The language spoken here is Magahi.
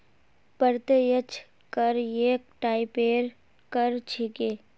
प्रत्यक्ष कर एक टाइपेर कर छिके